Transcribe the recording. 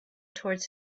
toward